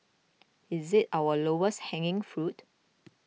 is it our lowest hanging fruit